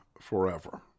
forever